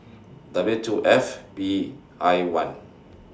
W two F B I one